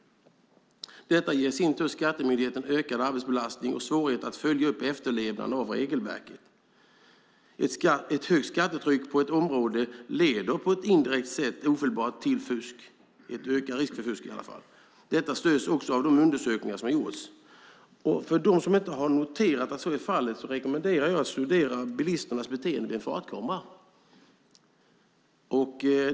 Detta ger i sin tur Skattemyndigheten ökad arbetsbelastning och svårighet att följa upp efterlevnaden av regelverket. Ett högt skattetryck på ett område leder på ett indirekt sätt ofelbart till ökad risk för fusk. Detta stöds också av de undersökningar som har gjorts. För dem som inte har noterat att så är fallet rekommenderar jag att studera bilisternas beteende vid en fartkamera.